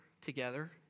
together